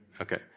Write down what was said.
Okay